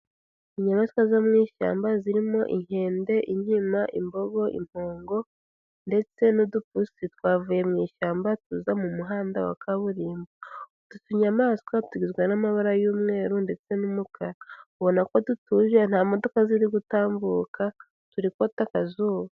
Inyamaswa zo mu ishyamba zirimo inkende, inkima, imbobo, impongo, ndetse n'udupusi, twavuye mu ishyamba tuza mu muhanda wa kaburimbo. Utu tunyamaswa tugizwe n'amabara y'umweru ndetse n'umukara, ubona ko dutuje nta modoka ziri gutambuka turi kota akazuba.